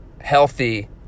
healthy